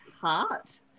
heart